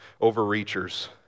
overreachers